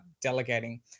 delegating